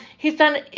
he's done